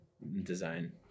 Design